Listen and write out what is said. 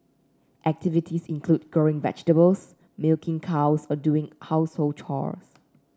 activities include growing vegetables milking cows or doing household chores